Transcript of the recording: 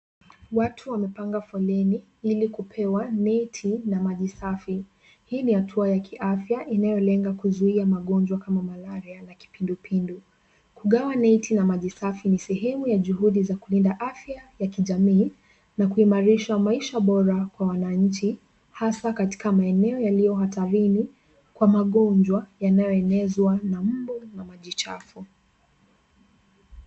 Watu wamepanga foleni ili kupewa neti na maji safi. Hii ni hatua ya kiafya inayolenga kuzuia magonjwa kama malaria na kipindupindu. Kugawa neti na maji safi ni sehemu ya juhudi za kulinda afya ya kijamii na kuimarisha maisha bora kwa wananchi, hasa katika maeneo yaliyo hatarini kwa magonjwa yanayoenezwa na mbu na maji chafu.